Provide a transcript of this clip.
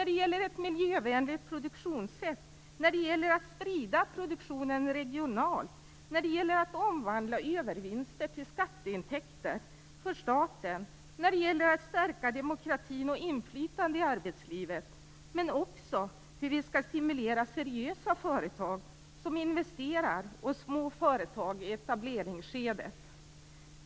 Det gäller ett miljövänligt produktionssätt, det gäller att sprida produktionen regionalt, det gäller att omvandla övervinster till skatteintäkter för staten och det gäller att stärka demokratin och inflytandet i arbetslivet. Men det gäller också hur vi skall stimulera seriösa företag som investerar och små företag i etableringsskedet.